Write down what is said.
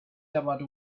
about